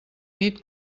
nit